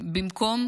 נשים מאוימות?